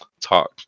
talk